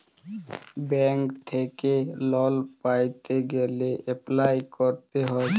bank থ্যাইকে লল পাইতে গ্যালে এপ্লায় ক্যরতে হ্যয়